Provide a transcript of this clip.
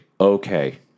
okay